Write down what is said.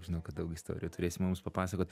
žinau kad daug istorijų turėsi mums papasakot